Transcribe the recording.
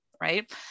Right